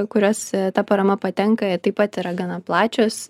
kurios ta parama patenka ir taip pat yra gana plačios